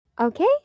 Okay